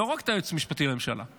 לא רק את היועצת המשפטי לממשלה,